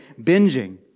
binging